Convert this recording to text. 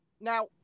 Now